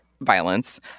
violence